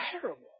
terrible